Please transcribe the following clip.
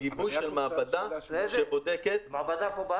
גיבוי של מעבדה שבודקת -- מעבדה פה,